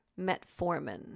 metformin